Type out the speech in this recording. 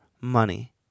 money